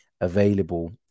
available